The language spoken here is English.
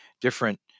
different